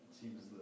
seems